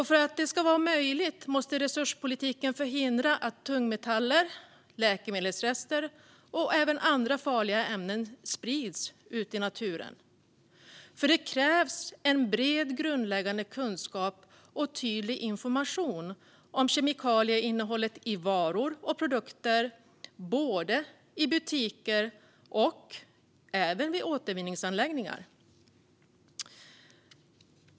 För att detta ska bli möjligt måste resurspolitiken förhindra att tungmetaller, läkemedelsrester och andra farliga ämnen sprids i naturen. Det krävs en bred grundläggande kunskap och tydlig information om kemikalieinnehållet i varor och produkter både i butiker och vid återvinningsanläggningar.